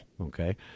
okay